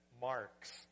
marks